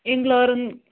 اِنگلٲرٕن